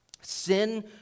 Sin